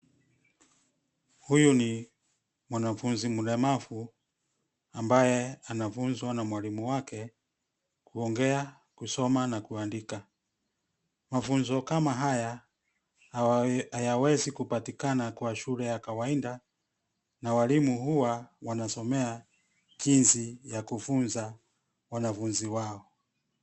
Huyu ni mwanafunzi mlemavu ambaye anafunzwa na mwalimu wake kuongea, kusoma na kuandika. Masomo kama haya hayawezi kupatikana kwa shule ya kawaida na walimu huwa wanasomea jinsi ya kufunza wanafunzi wao.